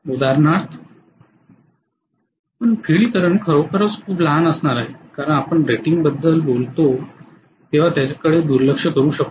उदाहरणार्थ पण field current खरोखरच खूप लहान असणार आहे कारण आपण रेटिंगबद्दल बोलतो तेव्हा त्याकडे दुर्लक्ष करू शकतो